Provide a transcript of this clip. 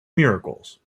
miracles